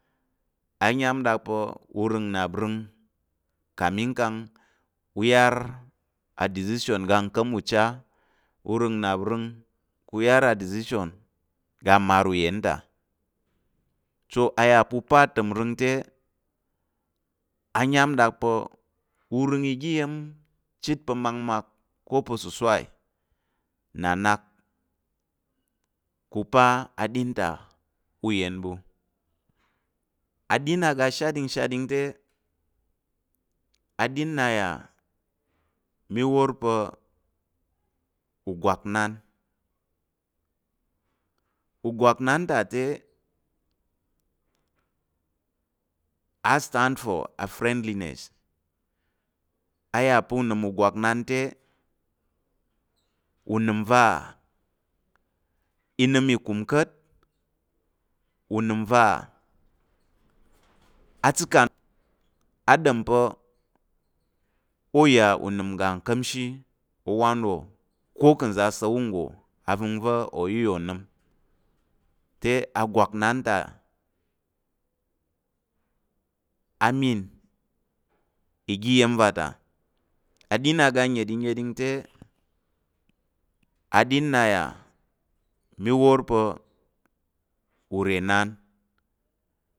Ayam ɗak pa̱ u rəng nnap rəng kami kang yar adicision aga nka̱m ucha u rəng nnap rəng. u yar adicision aga mmar uyen ta so a yà pa̱ u pa atimring te ayam ɗak pa̱ u rəng oga iya̱m chit makmak ko pa̱ susai nna nak te u pa aɗin ta uyen ɓu, aɗin aga ashatɗing shatɗing te, aɗin nnà yà mi wor pa̱ ugwaknan, ugwaknan ta te a stand for friendlyness, a yà pa̱ unəm ugwaknan ugwaknan te unəm va i nəm ìkum ka̱t, unəm va a chika aɗom pa̱ ô yà unəm uga nka̱mshi owan wò ko ka̱ nza̱ asa̱l awu nggo avəngva̱ o iya o nəm. Te agwaknan ta a mean oga iya̱m va ta, aɗin aga nnəɗing nnəɗing te, aɗin nna yà mi wor pa̱ urenan